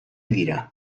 dira